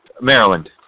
Maryland